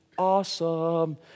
awesome